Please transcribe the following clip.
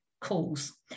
calls